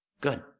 Good